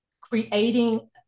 creating